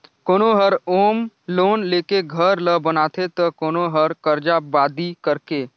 कोनो हर home loan लेके घर ल बनाथे त कोनो हर करजा बादी करके